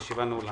הישיבה נעולה.